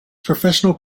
professional